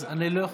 אז אני לא יכול,